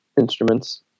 instruments